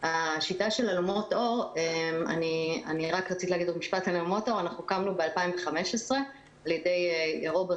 אלומות אור הוקמה ב-2015 על-ידי רוברט